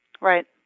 Right